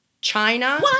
China